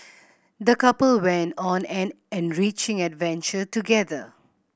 the couple went on an enriching adventure together